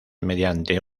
mediante